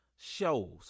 shows